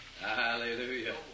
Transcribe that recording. hallelujah